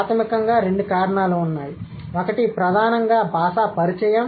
ప్రాథమికంగా రెండు కారణాలు ఉన్నాయి ఒకటి ప్రధానంగా భాషా పరిచయం